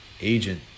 agent